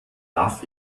darf